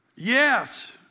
Yes